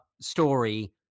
story